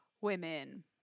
Women